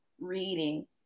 reading